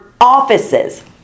offices